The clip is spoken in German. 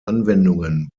anwendungen